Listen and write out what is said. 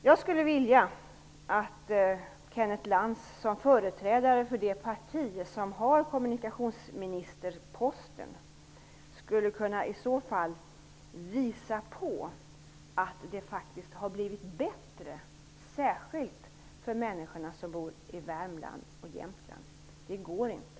Jag skulle vilja att Kenneth Lantz som företrädare för det parti som har kommunikationsministerposten visade att det faktiskt har blivit bättre, särskilt för människor som bor i Värmland och i Jämtland, men det går inte.